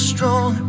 Strong